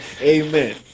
amen